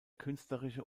künstlerische